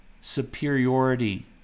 superiority